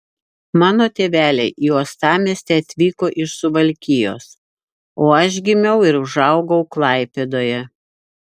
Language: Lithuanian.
mano tėveliai į uostamiestį atvyko iš suvalkijos o aš gimiau ir užaugau klaipėdoje